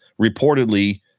reportedly